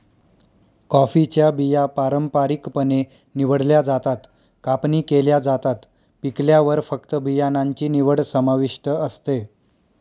कॉफीच्या बिया पारंपारिकपणे निवडल्या जातात, कापणी केल्या जातात, पिकल्यावर फक्त बियाणांची निवड समाविष्ट असते